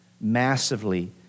massively